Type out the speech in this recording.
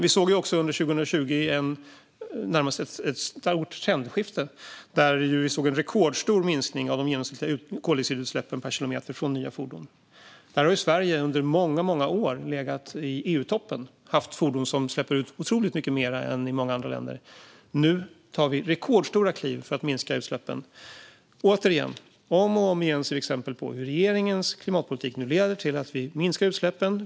Vi såg under 2020 ett stort trendskifte. Vi såg en rekordstor minskning av de genomsnittliga koldioxidutsläppen per kilometer från nya fordon. Där har Sverige under många år legat i EU-toppen och haft fordon som släpper ut otroligt mycket mer än i många andra länder. Nu tas rekordstora kliv för att minska utsläppen. Återigen: Om och om igen ser vi exempel på hur regeringens klimatpolitik nu leder till att vi minskar utsläppen.